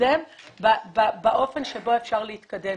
להתקדם באופן שבו אפשר להתקדם.